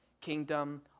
kingdom